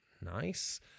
nice